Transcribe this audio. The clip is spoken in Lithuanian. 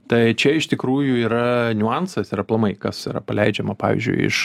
tai čia iš tikrųjų yra niuansas ir aplamai kas yra paleidžiama pavyzdžiui iš